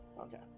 Okay